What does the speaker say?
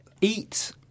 Eat